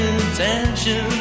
intention